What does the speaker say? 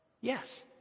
Yes